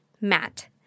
Matt